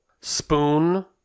spoon